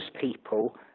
people